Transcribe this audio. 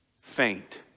faint